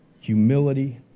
humility